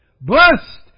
Blessed